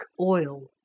oil